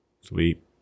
Sweet